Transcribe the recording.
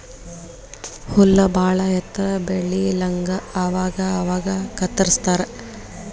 ಹುಲ್ಲ ಬಾಳ ಎತ್ತರ ಬೆಳಿಲಂಗ ಅವಾಗ ಅವಾಗ ಕತ್ತರಸ್ತಾರ